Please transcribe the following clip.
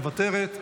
מוותרת,